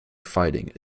fighting